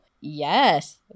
yes